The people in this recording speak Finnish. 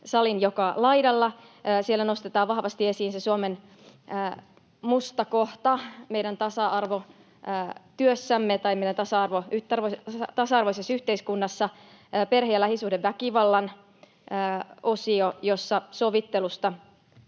salin joka laidalla. Siellä nostetaan vahvasti esiin se Suomen musta kohta meidän tasa-arvoisessa yhteiskunnassa, perhe- ja lähisuhdeväkivallan osio, jossa sovittelusta